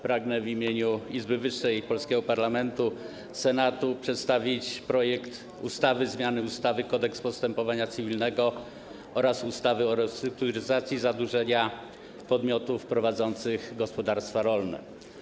Pragnę w imieniu Izby wyższej polskiego parlamentu, Senatu, przedstawić projekt ustawy o zmianie ustawy - Kodeks postępowania cywilnego oraz ustawy o restrukturyzacji zadłużenia podmiotów prowadzących gospodarstwa rolne.